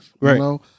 Right